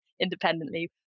independently